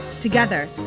Together